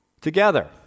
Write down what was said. together